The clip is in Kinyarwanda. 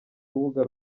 rubuga